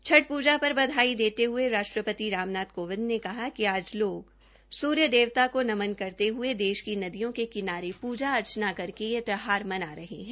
छठ प्रजा पर बधाई देते हये राष्ट्रपति राम नाथ कोविंद ने कहाकि आज लोग सूर्य देवता को नमन करते हये देश की नदियों के किनारे पूजा अर्चना करके यह त्यौहर मना रहे है